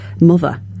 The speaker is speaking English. mother